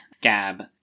gab